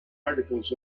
articles